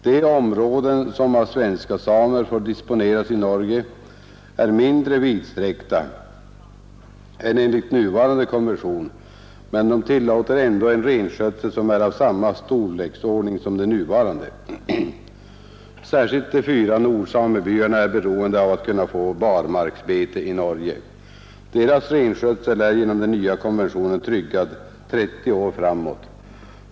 De områden som av svenska samer får disponeras i Norge är mindre vidsträckta än enligt nuvarande konvention men tillåter ändå en renskötsel som är av samma storleksordning som den nuvarande. Särskilt de fyra nordsamebyarna är beroende av att kunna få barmarksbete i Norge. Deras renskötsel är genom den nya konventionen tryggad 30 år framåt.